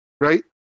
right